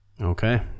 Okay